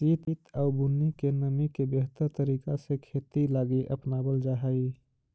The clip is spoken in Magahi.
सित आउ बुन्नी के नमी के बेहतर तरीका से खेती लागी अपनाबल जा हई